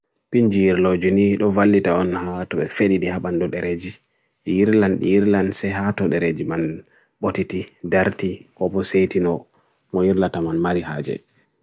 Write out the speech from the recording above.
Pinjir lo juni, lo vali ta onha atwe fenidi habando dereji Ir lan se hato dereji man botiti, derti, obu seiti no moirlata man mari haje.